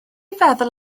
feddwl